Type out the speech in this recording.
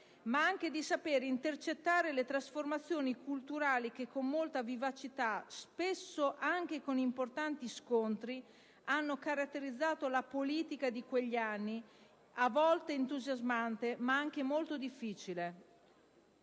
anche il suo saper intercettare le trasformazioni culturali che con molta vivacità (spesso anche con importanti scontri) hanno caratterizzato la politica di quegli anni, a volte entusiasmante, ma anche molto difficile.